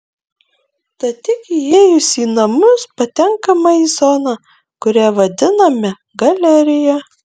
tad tik įėjus į namus patenkama į zoną kurią vadiname galerija